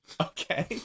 Okay